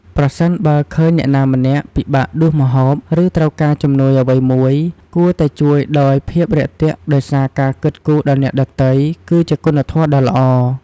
ប្រសិនបើឃើញអ្នកណាម្នាក់ពិបាកដួសម្ហូប ឬត្រូវការជំនួយអ្វីមួយ គួរតែជួយដោយភាពរាក់ទាក់ដោយសារ ការគិតគូរដល់អ្នកដទៃគឺជាគុណធម៌ដ៏ល្អ។